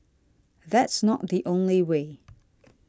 that's not the only way